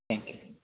thank you